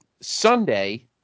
Sunday